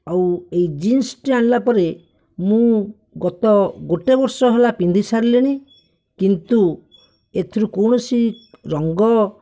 ଆଉ ଏହି ଜିନ୍ସ୍ଟି ଆଣିଲା ପରେ ମୁଁ ଗତ ଗୋଟେ ବର୍ଷ ହେଲା ପିନ୍ଧି ସାରିଲିଣି କିନ୍ତୁ ଏଥିରୁ କୌଣସି ରଙ୍ଗ